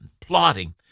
plotting